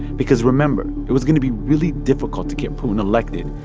because, remember, it was going to be really difficult to get putin elected,